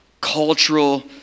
cultural